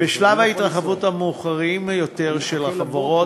בשלבי ההתרחבות המאוחרים יותר של החברות